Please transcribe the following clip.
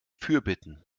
fürbitten